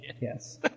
yes